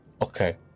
Okay